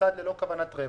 כמוסד ללא כוונת רווח.